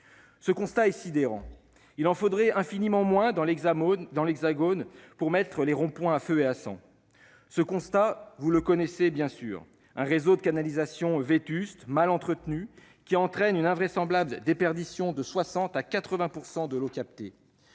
Ce constat est sidérant. Il en faudrait infiniment moins, dans l'Hexagone, pour mettre les ronds-points à feu et à sang. Ce constat, vous le connaissez, bien sûr : le réseau de canalisations est vétuste et mal entretenu, ce qui entraîne une invraisemblable déperdition de 60 % à 80 % de l'eau captée